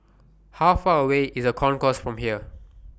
How Far away IS The Concourse from here